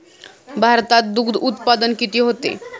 भारतात दुग्धउत्पादन किती होते?